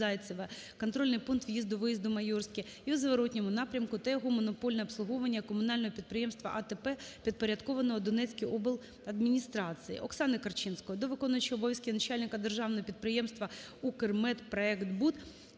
Зайцеве (контрольний пункт в’їзду–виїзду "Майорське") і у зворотному напрямку та його монопольне обслуговування комунального підприємства "АТП" підпорядкованого Донецькій обладміністрації. Оксани Корчинської до виконуючого обов'язки начальника Державного підприємства «Укрмедпроектбуд»